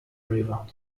river